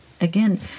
Again